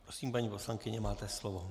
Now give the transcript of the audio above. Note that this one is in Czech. Prosím, paní poslankyně, máte slovo.